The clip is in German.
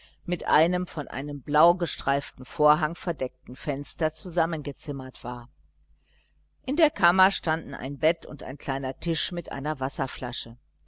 mit einem von einem blaugestreiften vorhang verdeckten fenster zusammengezimmert war in der kammer standen ein bett und ein kleiner tisch mit einer wasserflasche